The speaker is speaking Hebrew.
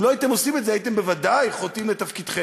אם לא הייתם עושים את זה הייתם בוודאי חוטאים לתפקידכם.